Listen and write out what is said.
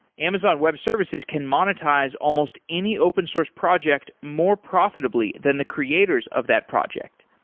amazon web services can monetize almost any open source project more profitably than the creators of that project,